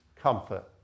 Comfort